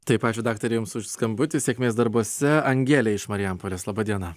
taip ačiū daktare jums už skambutį sėkmės darbuose angelė iš marijampolės laba diena